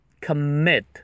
Commit